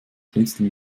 schnitzel